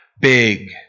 big